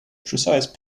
precise